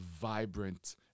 vibrant